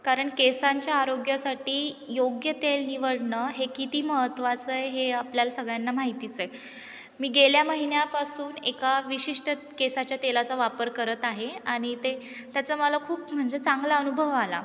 कारण केसांच्या आरोग्यासाठी योग्य तेल निवडणं हे किती महत्त्वाचं आहे हे आपल्याला सगळ्यांना माहितीच आहे मी गेल्या महिन्यापासून एका विशिष्ट केसाच्या तेलाचा वापर करत आहे आणि ते त्याचा मला खूप म्हणजे चांगला अनुभव आला